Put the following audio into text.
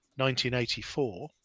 1984